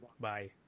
Bye